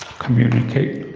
communicate.